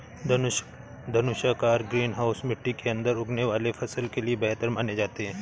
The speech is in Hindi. धनुषाकार ग्रीन हाउस मिट्टी के अंदर उगने वाले फसल के लिए बेहतर माने जाते हैं